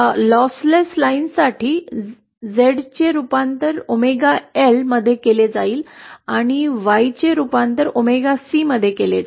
lossless लाईनसाठी झेडचे रूपांतर ओमेगा एल मध्ये केले जाईल आणि वाय चे रूपांतर ओमेगा सी मध्ये केले जाईल